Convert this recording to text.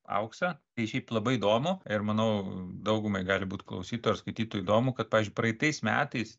auksą tai šiaip labai įdomu ir manau daugumai gali būt klausytojui ar skaitytojui įdomu kad pavyzdžiui praeitais metais